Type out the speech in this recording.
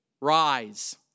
rise